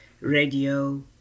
Radio